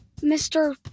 Mr